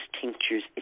tinctures